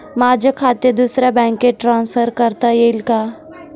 माझे खाते दुसऱ्या बँकेत ट्रान्सफर करता येईल का?